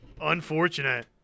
unfortunate